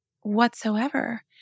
whatsoever